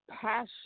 passion